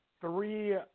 three